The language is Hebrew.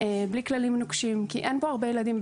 בלי כללים נוקשים, כי אין פה הרבה ילדים.